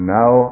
now